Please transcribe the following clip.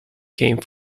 came